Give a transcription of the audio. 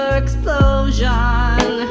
explosion